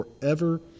forever